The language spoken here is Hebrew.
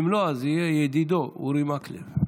אם לא אז יהיה ידידו אורי מקלב.